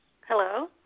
Hello